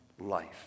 life